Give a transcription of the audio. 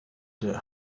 the